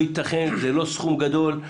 זה לא סכום גדול.